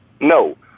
No